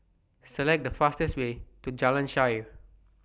Select The fastest Way to Jalan Shaer